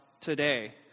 today